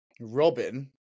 Robin